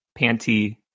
panty